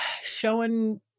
showing